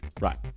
Right